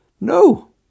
no